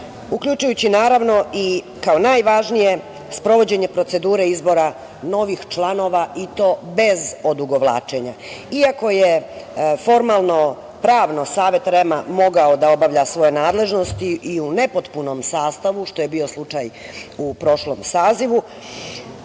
uključujući naravno i kao najvažnije sprovođenje procedure izbora novih članova i to bez odugovlačenja. Iako je formalno pravno Savet REM-a mogao da obavlja svoje nadležnosti i u nepotpunom sastavu, što je bio slučaj u prošlom sazivu,